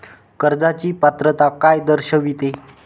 कर्जाची पात्रता काय दर्शविते?